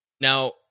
now